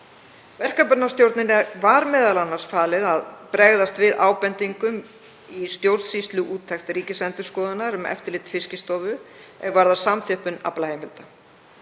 Verkefnastjórninni var m.a. falið að bregðast við ábendingum í stjórnsýsluúttekt Ríkisendurskoðunar um eftirlit Fiskistofu er varðar samþjöppun aflaheimilda.